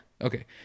Okay